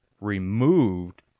removed